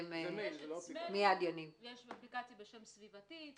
יש אפליקציה בשם סביבתי,